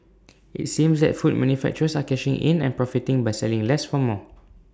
IT seems that food manufacturers are cashing in and profiting by selling less for more